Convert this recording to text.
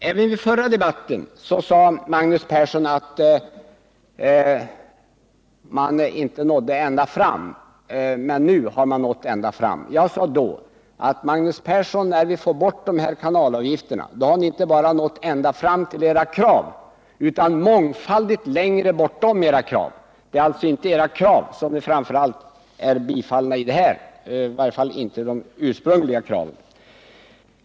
Även i den förra debatten sade Magnus Persson att man inte nådde ända fram men att man nu har nått ända fram. Jag sade då till Magnus Persson att när kanalavgifterna tas bort har ni inte bara nått ända fram till era krav utan mångfaldigt längre. Det är alltså inte era krav som framför allt har bifallits, i varje fall inte de ursprungliga kraven.